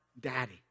daddy